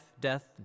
death